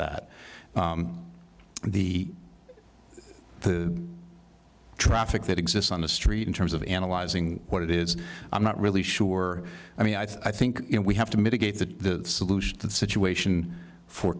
that the the traffic that exists on the street in terms of analyzing what it is i'm not really sure i mean i think we have to mitigate the solution to the situation for